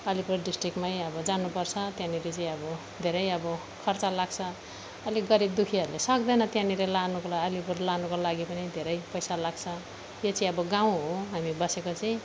अलिपुर डिस्ट्रिक्टमै अब जानुपर्छ त्यहाँनेरि चाहिँ अब धेरै अब खर्च लाग्छ अलिक गरिबदुखीहरूले सक्दैन त्यहाँनिर लानुको लागि अलिपुर लानुको लागि पनि धेरै पैसा लाग्छ यो चाहिँ अब गाउँ हो हामी बसेको चाहिँ